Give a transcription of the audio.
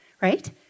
right